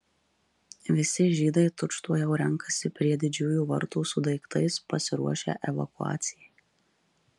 visi žydai tučtuojau renkasi prie didžiųjų vartų su daiktais pasiruošę evakuacijai